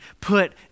put